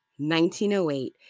1908